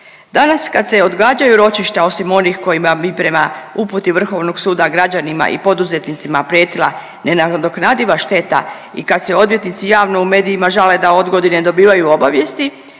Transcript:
Danas kad se odgađaju ročišta osim onih kojima bi prema uputi Vrhovnog suda, građanima i poduzetnicima prijetila nenadoknadiva šteta i kad se odvjetnici javno u medijima žale da odgodi ne dobivaju obavijesti,